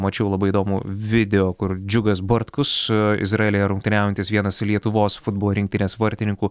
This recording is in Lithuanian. mačiau labai įdomų video kur džiugas bartkus izraelyje rungtyniaujantis vienas lietuvos futbolo rinktinės vartininkų